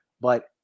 But-